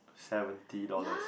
seventy dollars